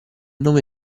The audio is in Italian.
nome